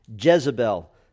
Jezebel